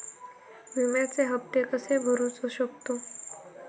विम्याचे हप्ते कसे भरूचो शकतो?